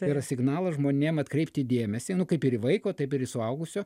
tai yra signalas žmonėm atkreipti dėmesį nu kaip ir į vaiko taip ir į suaugusio